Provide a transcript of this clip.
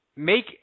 make